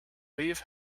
leave